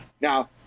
now